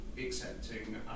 accepting